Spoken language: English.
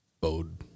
bode